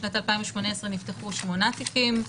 בשנת 2018 נפתחו שמונה תיקים,